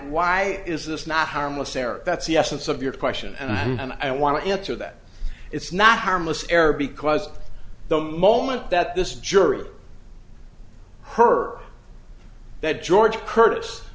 why is this not harmless error that's the essence of your question and i want to answer that it's not harmless error because the moment that this jury her that george curtis